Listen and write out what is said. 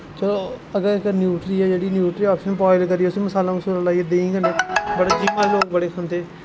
चलो न्यूट्री ऐ जेह्ड़ी न्यूट्री आप्शन बोआयल करी मसाला मसूला लाइयै देहीं कन्नै लोग बड़े खंदे